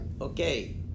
Okay